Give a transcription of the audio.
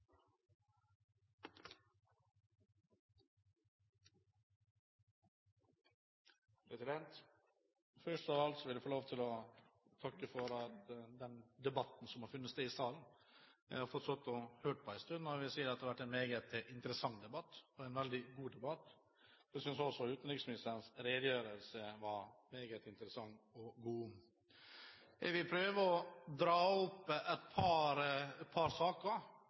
Først vil jeg få takke for den debatten som har funnet sted i salen. Jeg har sittet og hørt på en stund, og jeg vil si at det har vært en meget interessant og veldig god debatt. Jeg synes også utenriksministerens redegjørelse var meget interessant og god. Jeg vil prøve å dra opp et par saker